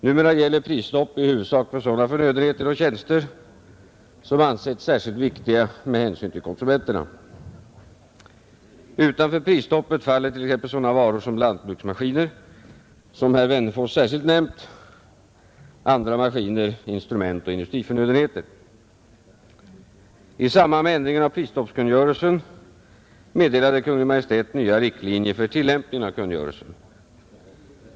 Numera gäller prisstopp i huvudsak för sådana förnödenheter och tjänster som ansetts särskilt viktiga med hänsyn till konsumenterna. Utanför prisstoppet faller t.ex. sådana varor som lantbruksmaskiner, som herr Wennerfors särskilt nämnt, andra maskiner, instrument och industriförnödenheter. I samband med ändringen av prisstoppskungörelsen meddelade Kungl. Maj:t nya riktlinjer för tillämpningen av kungörelsen.